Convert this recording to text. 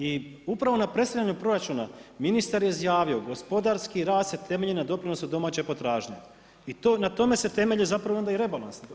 I upravo na predstavljanje proračuna, ministar je izjavio, gospodarski rast se temelji na doprinosu domaće potražnje i na tome se temelji zapravo onda i rebalans.